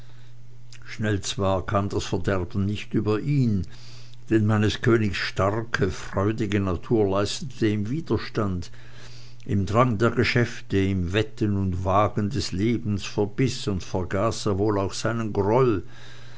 zwar kam das verderben nicht über ihn denn meines königs starke freudige natur leistete ihm widerstand im drange der geschäfte im wetten und wagen des lebens verbiß und vergaß er wohl auch seinen groll